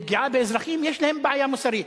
לפגיעה באזרחים, יש להם בעיה מוסרית.